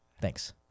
Thanks